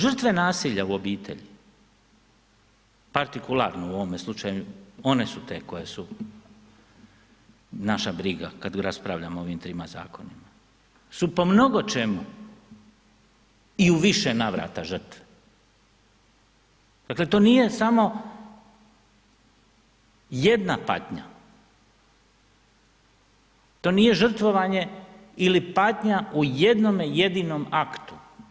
Žrtve nasilja u obitelji, partikularno u ovome slučaju one su te koje su naša briga kad raspravljamo o ovim trima zakona su po mnogo čemu i u više navrata žrtve, dakle to nije samo jedna patnja, to nije žrtvovanje ili patnja u jednom jedinom aktu.